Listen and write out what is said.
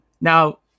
now